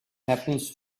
happens